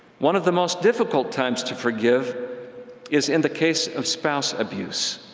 one of the most difficult times to forgive is in the case of spouse abuse,